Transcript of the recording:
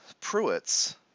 Pruitt's